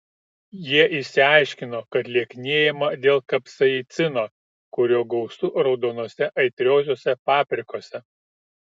jie išsiaiškino kad lieknėjama dėl kapsaicino kurio gausu raudonose aitriosiose paprikose